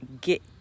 get